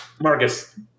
Marcus